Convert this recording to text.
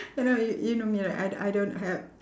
I know you you know me right I I don't have